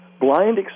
blind